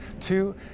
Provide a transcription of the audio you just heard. Two